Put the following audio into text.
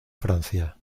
francia